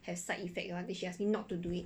have side effect [one] then she ask me not to do it